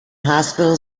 hospital